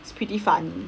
it's pretty funny